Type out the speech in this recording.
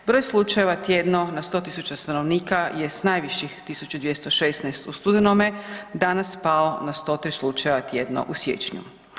Broj slučajeva tjedno na 100.000 stanovnika je s najviših 1.216 u studenome danas pao na 103 slučaja tjedno u siječnju.